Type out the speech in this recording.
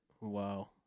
Wow